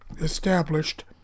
established